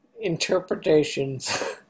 interpretations